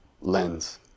lens